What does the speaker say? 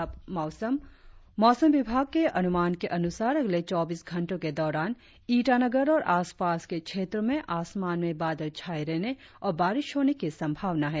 और अब मौसम मौसम विभाग के अनुमान के अनुसार अगले चौबीस घंटो के दौरान ईटानगर और आसपास के क्षेत्रो में आसमान में बादल छाये रहने और बारिश होने की संभावना है